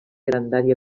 grandària